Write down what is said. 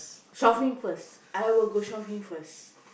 shopping first I will go shopping first